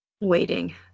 waiting